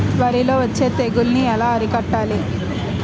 వరిలో వచ్చే తెగులని ఏలా అరికట్టాలి?